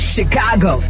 Chicago